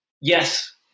yes